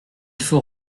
faut